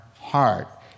heart